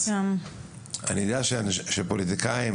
אז אני יודע שפוליטיקאים,